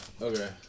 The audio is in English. Okay